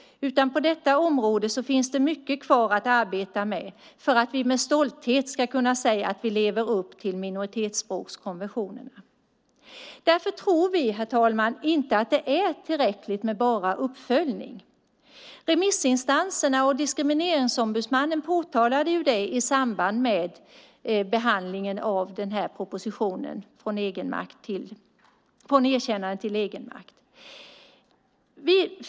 På det här området finns det mycket kvar att arbeta med för att vi med stolthet ska kunna säga att vi lever upp till minoritetsspråkskonventionerna. Herr talman! Därför tror vi inte att det är tillräckligt med bara uppföljning. Remissinstanserna och diskrimineringsombudsmannen påtalade det i samband med behandlingen av propositionen Från erkännande till egenmakt .